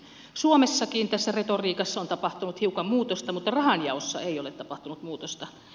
suomessakin tässä retoriikassa on tapahtunut hiukan muutosta mutta rahanjaossa ei ole tapahtunut muutosta